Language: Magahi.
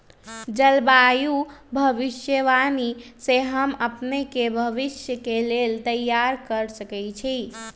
जलवायु भविष्यवाणी से हम अपने के भविष्य के लेल तइयार कऽ सकै छी